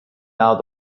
out